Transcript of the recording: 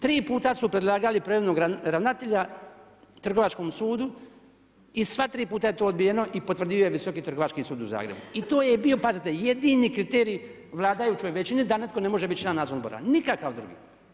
Tri puta su predlagali … ravnatelja Trgovačkom sudu i sva ti puta je to odbijeno i potvrdio je Visoki trgovački sud u Zagrebu i to je bio pazite jedini kriterij vladajućoj većini da netko ne može biti član nadzornog odbora, nikakav drugi.